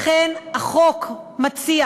לכן החוק מציע